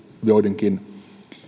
joidenkin